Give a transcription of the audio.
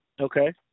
Okay